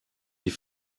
die